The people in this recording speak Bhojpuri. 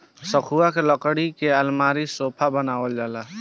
सखुआ के लकड़ी के अलमारी, सोफा बनावल जाला